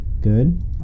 Good